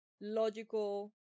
logical